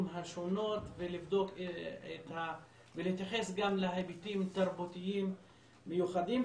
השונות ולהתייחס גם להיבטים תרבותיים מיוחדים.